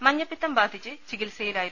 മഞ്ഞപ്പിത്തം ബാധിച്ച് ചികിത്സയിലായിരുന്നു